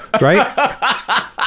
right